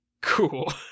cool